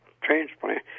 transplant